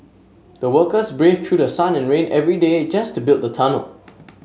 the workers braved through sun and rain every day just to build the tunnel